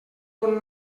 bon